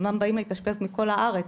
אמנם באים להתאשפז מכל הארץ,